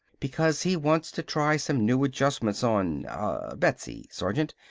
because he wants to try some new adjustments on ah betsy, sergeant.